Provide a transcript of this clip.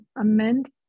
amend